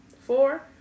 Four